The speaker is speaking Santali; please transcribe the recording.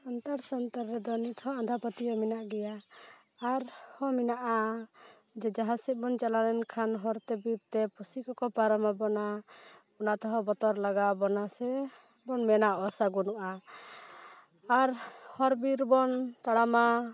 ᱥᱟᱱᱛᱟᱲ ᱥᱟᱱᱛᱟᱲ ᱨᱮᱫᱚ ᱱᱤᱛ ᱦᱚᱸ ᱟᱸᱫᱷᱟ ᱯᱟᱹᱛᱭᱟᱹᱣ ᱢᱮᱱᱟᱜ ᱜᱮᱭᱟ ᱟᱨᱦᱚᱸ ᱢᱮᱱᱟᱜᱼᱟ ᱡᱮ ᱡᱟᱦᱟᱸ ᱥᱮᱫ ᱵᱚᱱ ᱪᱟᱞᱟᱣ ᱞᱮᱱᱠᱷᱟᱱ ᱦᱚᱨ ᱛᱮ ᱵᱤᱨᱛᱮ ᱯᱩᱥᱤ ᱠᱚᱠᱚ ᱯᱟᱨᱚᱢᱟᱵᱚᱱᱟ ᱚᱱᱟ ᱛᱮᱦᱚᱸ ᱵᱚᱛᱚᱨ ᱞᱟᱜᱟᱣ ᱵᱚᱱᱟ ᱥᱮ ᱵᱚᱱ ᱢᱮᱱᱟ ᱚᱥᱟᱹᱜᱩᱱᱚᱜᱼᱟ ᱟᱨ ᱦᱚᱨ ᱵᱤᱨ ᱵᱚᱱ ᱛᱟᱲᱟᱢᱟ